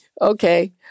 Okay